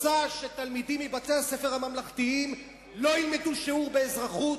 רוצים שתלמידים מבתי-הספר הממלכתיים לא ילמדו שיעור באזרחות,